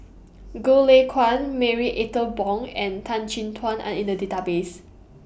Goh Lay Kuan Marie Ethel Bong and Tan Chin Tuan Are in The Database